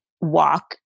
walk